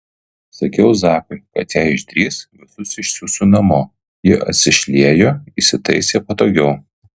sakiau zakui kad jei išdrįs visus išsiųsiu namo ji atsišliejo įsitaisė patogiau